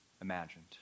imagined